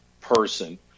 person